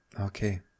okay